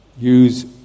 use